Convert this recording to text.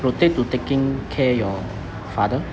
rotate to taking care your father